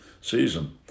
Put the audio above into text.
season